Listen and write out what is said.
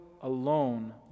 alone